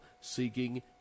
Seeking